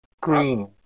Green